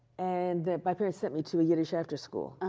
and my parents sent me to the yiddish afterschool.